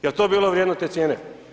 Jel to bilo vrijedno te cijene?